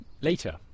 Later